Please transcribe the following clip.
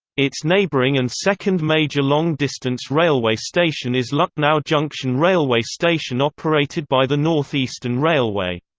its neighbouring and second major long-distance railway station is lucknow junction railway station operated by the north eastern railway.